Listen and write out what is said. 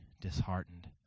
disheartened